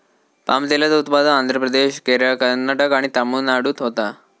palm तेलाचा उत्पादन आंध्र प्रदेश, केरळ, कर्नाटक आणि तमिळनाडूत होता